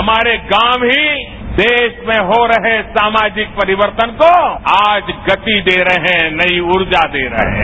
हमारे गांव ही देश में हो रहे सामाजिक परिवर्तन को आज गति दे रहे हैं नई ऊर्जा दे रहे हैं